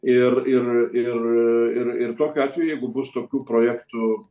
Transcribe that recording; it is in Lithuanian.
ir ir ir ir ir tokiu atveju jeigu bus tokiu projektu